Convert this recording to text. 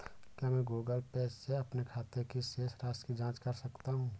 क्या मैं Google Pay से अपने खाते की शेष राशि की जाँच कर सकता हूँ?